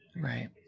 Right